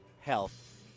health